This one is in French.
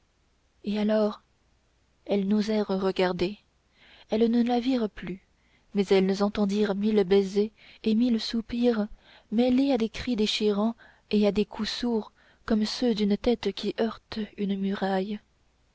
soulier alors elles n'osèrent regarder elles ne la virent plus mais elles entendirent mille baisers et mille soupirs mêlés à des cris déchirants et à des coups sourds comme ceux d'une tête qui heurte une muraille